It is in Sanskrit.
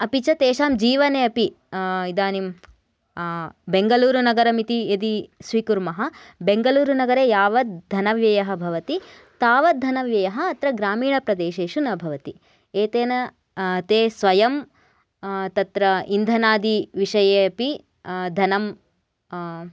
अपि च तेषां जीवने अपि इदानीं बेङ्गलूरुनगरम् इति यदि स्वीकुर्मः बेङ्गलूरुनगरे यावद् धनव्ययः भवति तावद् धनव्ययः अत्र ग्रामीणप्रदेशेषु न भवति एतेन ते स्वयं तत्र इन्धनादिविषये अपि धनं